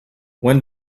when